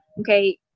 okay